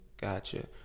Gotcha